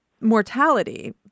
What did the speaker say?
mortality